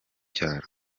cyaro